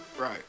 Right